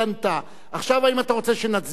עכשיו, האם אתה רוצה שנצביע על עמדתך?